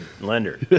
lender